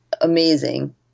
amazing